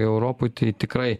europoj tai tikrai